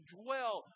dwell